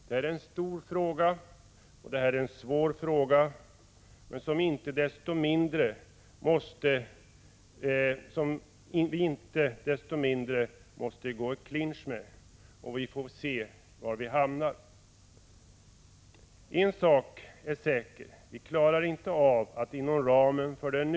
Det är en stor och svår fråga, som vi inte desto mindre måste gå i clinch med. Vi får se var vi hamnar. En sak är säker: Vi klarar inte av att inom ramen för den = Prot.